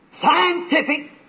scientific